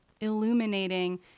illuminating